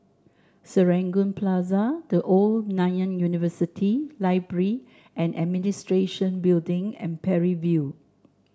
Serangoon Plaza The Old Nanyang University Library And Administration Building and Parry View